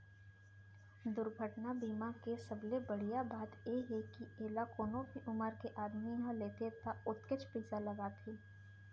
दुरघटना बीमा के सबले बड़िहा बात ए हे के एला कोनो भी उमर के आदमी ह लेथे त ओतकेच पइसा लागथे